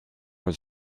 was